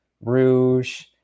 rouge